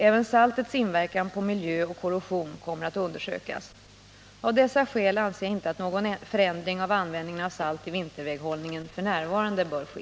Även saltets inverkan på miljö och korrosion kommer att undersökas. Av dessa skäl anser jag inte att någon förändring av användningen av salt i vinterväghållningen f. n. bör ske.